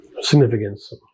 significance